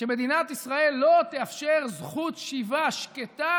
שמדינת ישראל לא תאפשר זכות שיבה שקטה